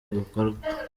bikorwa